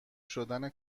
شدن